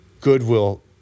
goodwill